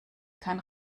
kein